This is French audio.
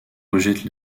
rejette